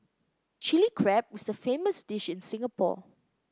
Chilli Crab is a famous dish in Singapore